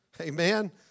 Amen